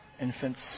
infants